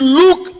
look